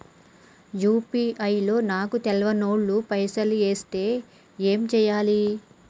UPI లో నాకు తెల్వనోళ్లు పైసల్ ఎస్తే ఏం చేయాలి?